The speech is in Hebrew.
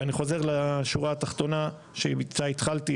ואני חוזר לשורה התחתונה, שאיתה התחלתי.